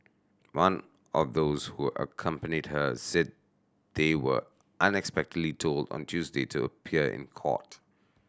one of those who accompanied her said they were unexpectedly told on Tuesday to appear in court